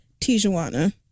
Tijuana